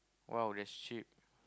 !wow! that's cheap